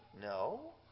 No